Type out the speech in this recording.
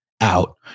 out